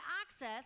access